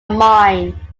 mine